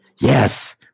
Yes